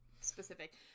specific